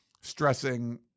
stressing